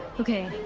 okay,